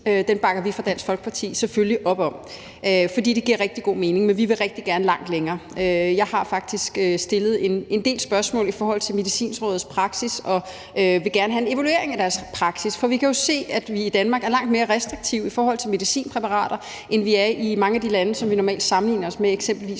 bakker vi fra Dansk Folkepartis side selvfølgelig op om, fordi det giver rigtig god mening, men vi vil også rigtig gerne gå langt længere. Jeg har faktisk stillet en del spørgsmål i forhold til Medicinrådets praksis, og jeg vil gerne have en evaluering af deres praksis. For vi kan jo se, at vi i Danmark er langt mere restriktive i forhold til medicinpræparater, end de er i mange af de andre lande, som vi normalt sammenligner os med, eksempelvis